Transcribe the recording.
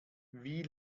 wie